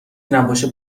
نباشه